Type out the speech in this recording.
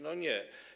No nie.